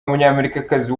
umunyamerikakazi